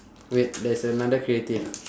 wait there's another creative